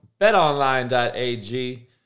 betonline.ag